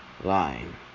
Line